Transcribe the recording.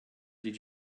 did